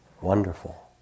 wonderful